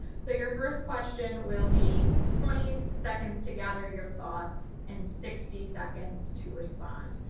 so your first question will be twenty seconds to gather your thoughts and sixty seconds to respond.